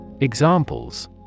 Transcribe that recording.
Examples